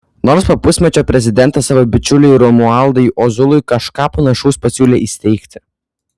nors po pusmečio prezidentas savo bičiuliui romualdui ozolui kažką panašaus pasiūlė įsteigti